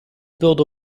built